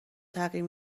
تغییر